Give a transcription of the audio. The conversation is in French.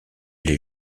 les